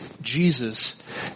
Jesus